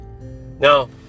Now